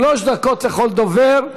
שלוש דקות לכל דובר.